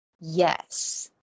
yes